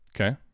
Okay